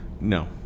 No